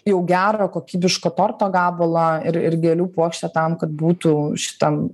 jau gero kokybiško torto gabalą ir ir gėlių puokštę tam kad būtų šitam